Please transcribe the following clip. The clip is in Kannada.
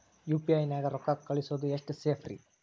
ಯು.ಪಿ.ಐ ನ್ಯಾಗ ರೊಕ್ಕ ಕಳಿಸೋದು ಎಷ್ಟ ಸೇಫ್ ರೇ?